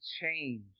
change